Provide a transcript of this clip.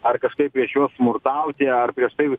ar kažkaip prieš juos smurtauti ar prieš tai